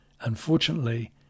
unfortunately